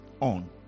on